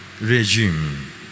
regime